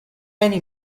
penny